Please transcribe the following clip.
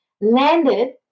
landed